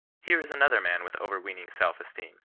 here is another man with overweening self-esteem.